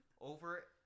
Over